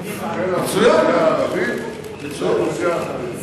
האוכלוסייה הערבית והאוכלוסייה החרדית.